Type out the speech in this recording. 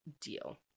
deal